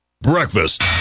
breakfast